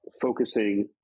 focusing